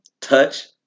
touch